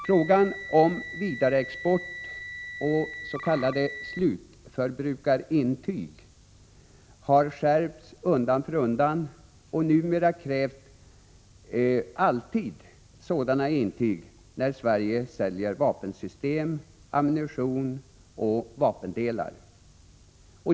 Frågan om vidareexport och s.k. slutförbrukarintyg hår skärpts undan för undan, och numera krävs alltid sådana intyg då Sverige säljer vapensystem, ammunition och vapendelar.